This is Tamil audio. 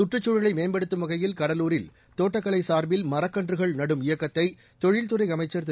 சுற்றுச்சூழலை மேம்படுத்தும் வகையில் கடலூரில் தோட்டக்கலை சார்பில் மரக்கன்றுகள் நடும் இயக்கத்தை தொழில்துறை அமைச்சர் திரு